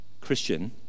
Christian